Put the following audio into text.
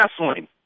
wrestling